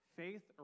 faith